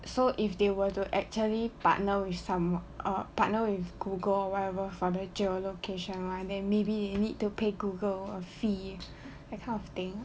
so if they were to actually patner with some err partner with Google whatever for the geolocation then maybe need to pay Google a fee that kind of thing